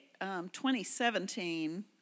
2017